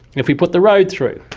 if we put the road through,